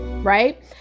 right